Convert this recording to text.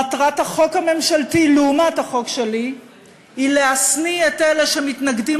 מטרת החוק הממשלתי לעומת החוק שלי היא להשניא את אלה שמתנגדים